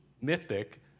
mythic